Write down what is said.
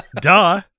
Duh